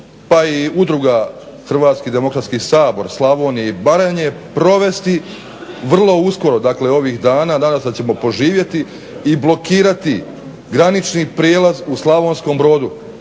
pa i Udruga Hrvatski demokratski sabor Slavonije i Baranje provesti vrlo uskoro, dakle ovih dana. Nadam se da ćemo poživjeti i blokirati granični prijelaz u Slavonskom Brodu